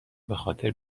بخاطر